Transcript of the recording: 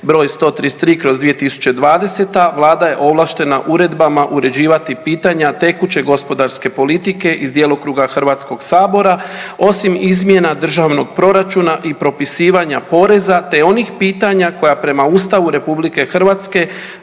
br. 133/2020, Vlada je ovlaštena uredbama uređivati pitanja tekuće gospodarske politike iz djelokruga HS-a osim izmjena državnog proračuna i propisivanja poreza te onih pitanja koje prema ustavu RH može uređivati